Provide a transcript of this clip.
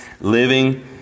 living